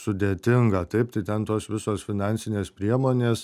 sudėtinga taip tai ten tos visos finansinės priemonės